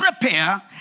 prepare